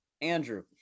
Andrew